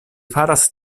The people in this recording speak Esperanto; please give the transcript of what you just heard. faras